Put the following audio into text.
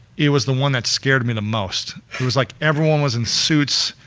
it was the one that scared me the most. it was like everyone was in suits,